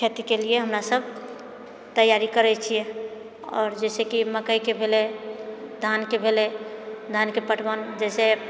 खेतीके लिए हमरासभ तैयारी करैत छिऐ आओर जे छै कि मकइ भेलै धानके भेलै धानके पटवन जैसे